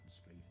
Street